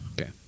Okay